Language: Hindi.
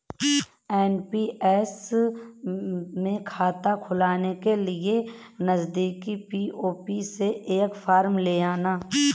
एन.पी.एस में खाता खुलवाने के लिए नजदीकी पी.ओ.पी से एक फॉर्म ले आना